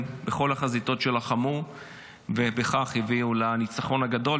בכל החזיתות שלחמו ובכך הביאו לניצחון הגדול,